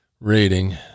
rating